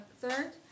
Third